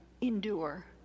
endure